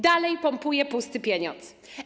Dalej pompuje pusty pieniądz.